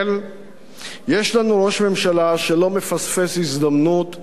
יש לנו ראש ממשלה שלא מפספס הזדמנות לפספס הזדמנות.